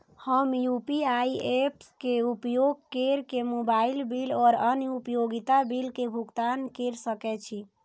हम UPI apps के उपयोग केर के मोबाइल बिल और अन्य उपयोगिता बिल के भुगतान केर सके छी